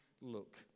look